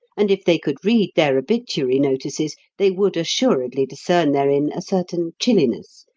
and if they could read their obituary notices they would assuredly discern therein a certain chilliness,